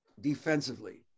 defensively